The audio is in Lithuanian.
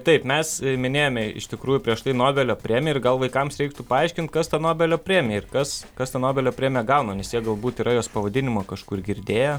taip mes minėjome iš tikrųjų prieš tai nobelio premiją ir gal vaikams reiktų paaiškint kas ta nobelio premija ir kas kas tą nobelio premiją gauna nes jie galbūt yra jos pavadinimą kažkur girdėję